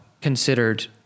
considered